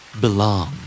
Belong